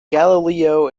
galileo